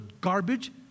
garbage